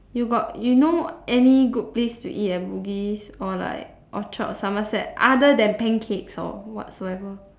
you got you know any good place to eat at Bugis or like Orchard or Somerset other than pancakes or whatsoever